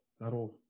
that'll